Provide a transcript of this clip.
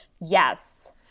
Yes